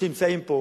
שנמצאים פה,